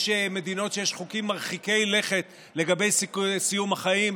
יש מדינות שיש חוקים מרחיקי לכת לגבי סיום החיים.